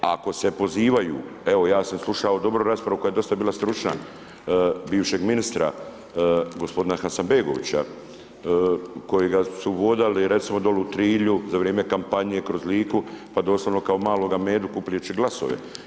A ako se pozivaju, evo ja sam slušao dobro raspravu, koja je do sada bila stručna, bivšeg ministra, gospodina Hasanbegovića, kojega su vodali recimo dolje u Trilju, za vrijeme kampanje kroz Liku, pa doslovno kao maloga medu poprimajući glasove.